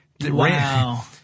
wow